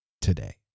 today